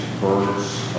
birds